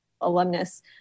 alumnus